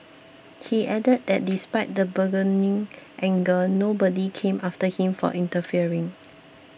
he added that despite the burgeoning anger nobody came after him for interfering